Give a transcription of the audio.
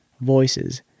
voices